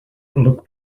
look